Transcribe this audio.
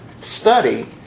study